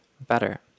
better